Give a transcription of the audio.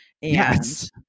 yes